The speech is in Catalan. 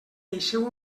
deixeu